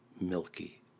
milky